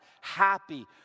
happy